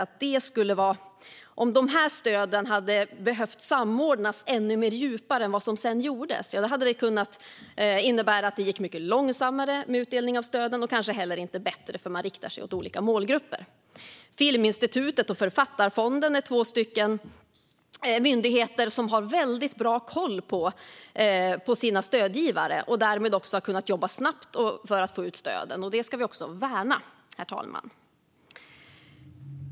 Man menar att om de här stöden hade behövt samordnas ännu djupare än vad som sedan gjordes hade det kunnat innebära att utdelningen av stöden hade gått mycket långsammare. Det hade kanske inte heller blivit bättre eftersom stöden riktar sig till olika målgrupper. Filminstitutet och Författarfonden är två myndigheter som har väldigt bra koll på sina stödgivare. Därmed har de också kunnat jobba snabbt för att få ut stöden. Detta, herr talman, ska vi värna.